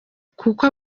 kuko